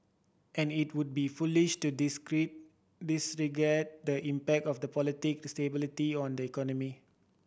and it would be foolish to disagreed disregard the impact of the politic stability on the economy